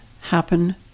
happen